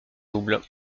double